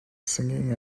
singing